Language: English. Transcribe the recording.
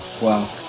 Wow